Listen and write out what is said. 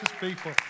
people